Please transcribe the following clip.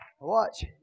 Watch